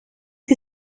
que